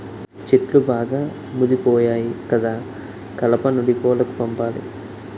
చెట్లు బాగా ముదిపోయాయి కదా కలపను డీపోలకు పంపాలి